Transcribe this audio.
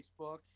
Facebook